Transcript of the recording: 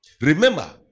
Remember